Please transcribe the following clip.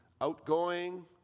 outgoing